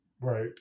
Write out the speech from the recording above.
Right